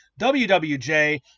wwj